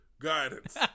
guidance